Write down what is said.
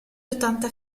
ottanta